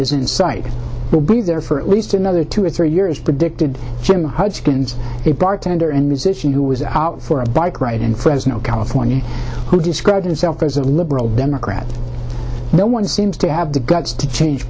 in sight will be there for at least another two or three years predicted jim hodgkins it bartender in musician who was out for a bike ride in fresno california who described himself as a liberal democrat no one seems to have the guts to change